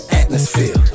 atmosphere